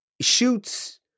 shoots